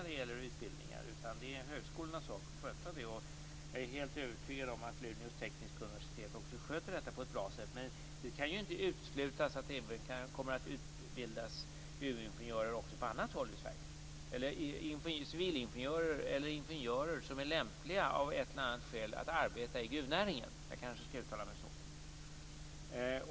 Det är högskolornas sak att sköta den saken. Jag är helt övertygad om att Luleå tekniska universitet också sköter detta bra. Men det kan inte uteslutas att gruvingenjörer kommer att utbildas på annat håll i Sverige - det kan vara civilingenjörer och ingenjörer som är lämpliga att arbeta i gruvnäringen.